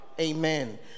amen